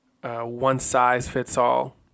one-size-fits-all